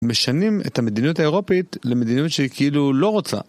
משנים את המדיניות האירופית למדיניות שכאילו לא רוצה.